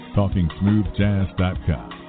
talkingsmoothjazz.com